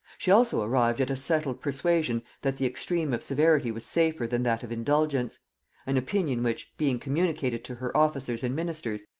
she also arrived at a settled persuasion that the extreme of severity was safer than that of indulgence an opinion which, being communicated to her officers and ministers,